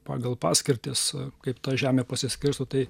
pagal paskirtis kaip ta žemė pasiskirsto tai